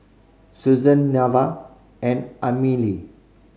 Suzan Neva and Amelie